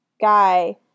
guy